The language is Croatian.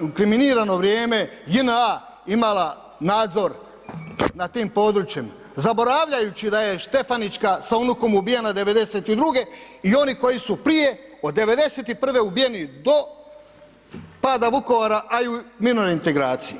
inkriminirano vrijeme JNA imala nadzor nad tim područjem, zaboravljajući da je Štefanićka sa unukom ubijena 92.-e i oni koji su prije, od 91.-e ubijeni do pada Vukovara, a i u mirnoj reintegraciji.